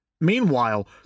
Meanwhile